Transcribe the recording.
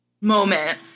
moment